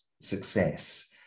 success